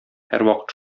һәрвакыт